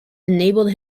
enabled